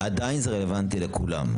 אפי, זה עדיין רלוונטי לכולם.